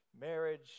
Marriage